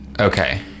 okay